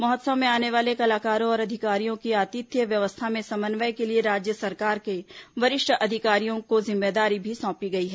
महोत्सव में आने वाले कलाकारों और अधिकारियों की आतिथ्य व्यवस्था में समन्वय के लिए राज्य सरकार के वरिष्ठ अधिकारियों को जिम्मेदारी भी सौंपी गई है